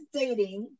dating